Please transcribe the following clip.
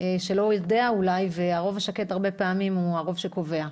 שלא יודע, והרבה פעמים הרוב השקט הוא הרוב שקובע.